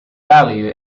bali